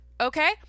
Okay